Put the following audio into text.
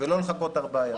ולא לחכות ארבעה ימים.